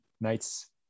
nights